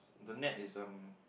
the net is um